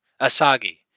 Asagi